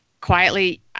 quietly